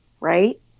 right